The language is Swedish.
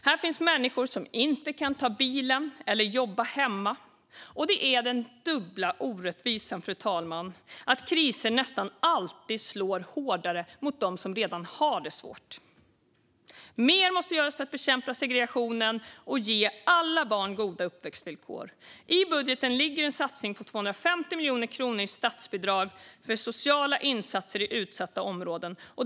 Här finns människor som inte kan ta bilen eller jobba hemma. Det är den dubbla orättvisan, fru talman, att kriser nästan alltid slår hårdare mot dem som redan har det svårt. Mer måste göras för att bekämpa segregationen och ge alla barn goda uppväxtvillkor. I budgeten finns en satsning på 250 miljoner kronor i statsbidrag för sociala insatser i utsatta områden.